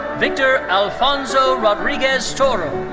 victor alfonso rodriguez toro.